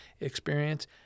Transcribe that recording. experience